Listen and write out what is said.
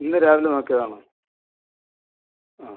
ഇന്ന് രാവിലെ നോക്കിയതാണോ ആ